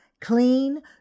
clean